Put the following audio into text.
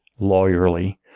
lawyerly